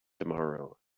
tomorrow